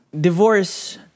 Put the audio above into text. Divorce